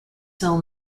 sell